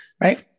Right